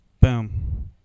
Boom